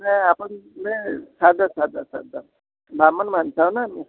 नाही आपण म्हणजे साधं साधं साधा बामण माणूस आहे ना आम्ही